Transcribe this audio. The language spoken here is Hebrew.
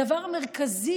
הדבר המרכזי